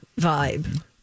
vibe